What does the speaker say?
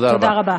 תודה רבה.